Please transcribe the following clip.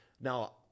Now